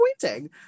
disappointing